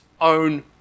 own